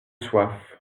soif